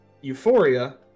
Euphoria